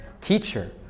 Teacher